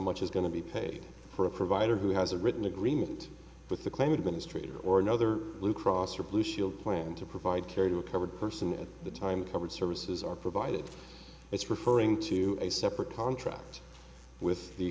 much is going to be paid for a provider who has a written agreement with the claim administrator or another blue cross or blue shield plan to provide care to a covered person at the time covered services are provided it's referring to a separate contract with the